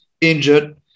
injured